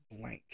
blank